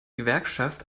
gewerkschaft